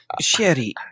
Sherry